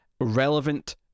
relevant